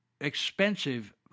expensive